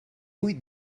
vuit